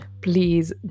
Please